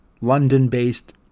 London-based